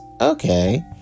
Okay